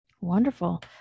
Wonderful